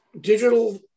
digital